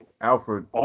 Alfred